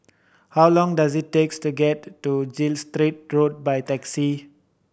how long does it takes to get to Gilstead Road by taxi